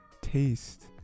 taste